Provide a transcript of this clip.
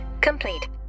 complete